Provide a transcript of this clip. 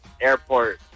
airport